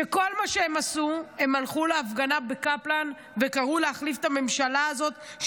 שכל מה שהם עשו זה ללכת להפגנה בקפלן וקראו להחליף את הממשלה הזאת,